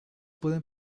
pueden